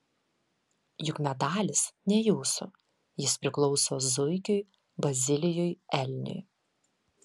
juk medalis ne jūsų jis priklauso zuikiui bazilijui elniui